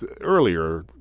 earlier